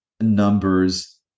numbers